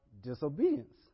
disobedience